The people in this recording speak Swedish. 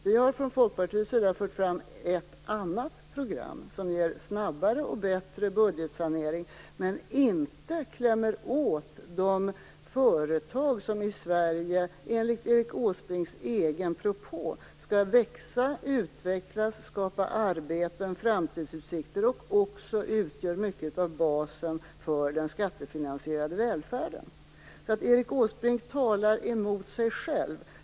Vi har från Folkpartiets sida fört fram ett annat program som ger snabbare och bättre budgetsanering, men som inte klämmer åt de företag i Sverige som enligt Erik Åsbrinks egen propå skall växa, utvecklas och skapa arbeten och framtidsutsikter och som också utgör mycket av basen för den skattefinansierade välfärden. Erik Åsbrink talar mot sig själv.